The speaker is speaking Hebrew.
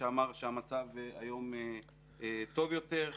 שאמר שהמצב היום טוב יותר,